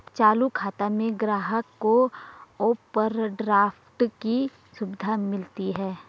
चालू खाता में ग्राहक को ओवरड्राफ्ट की सुविधा मिलती है